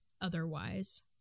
otherwise